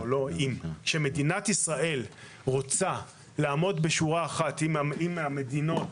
כשמדינת ישראל רוצה לעמוד בשורה אחת עם המדינות